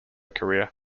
career